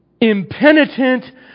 impenitent